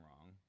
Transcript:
wrong